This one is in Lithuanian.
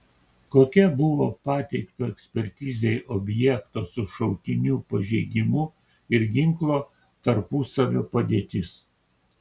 kokia buvo pateikto ekspertizei objekto su šautiniu pažeidimu ir ginklo tarpusavio padėtis